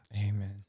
Amen